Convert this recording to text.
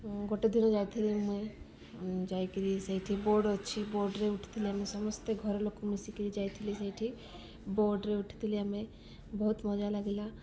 ଗୋଟେ ଦିନ ଯାଇଥିଲି ମୁଇଁ ଯାଇ କରି ସେଇଠି ବୋର୍ଡ଼ ଅଛି ବୋର୍ଡ଼ରେ ଉଠିଥିଲି ଆମେ ସମସ୍ତେ ଘର ଲୋକ ମିଶି କରି ଯାଇଥିଲି ସେଇଠି ବୋର୍ଡ଼ରେ ଉଠିଥିଲି ଆମେ ବହୁତ ମଜା ଲାଗିଲା